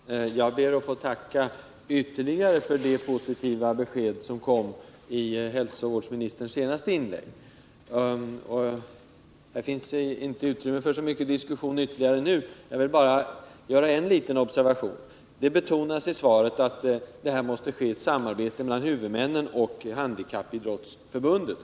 Herr talman! Jag ber att få tacka också för det positiva besked som kom i hälsovårdsministerns senaste inlägg. Det finns inte behov av så mycken ytterligare diskussion nu, jag vill bara göra ett litet tillägg. Det betonas i svaret att det här måste ske ett samarbete mellan huvudmännen och Handikappidrottsförbundet.